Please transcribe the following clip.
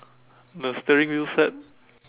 the steering wheel set